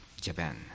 Japan